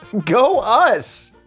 go, us!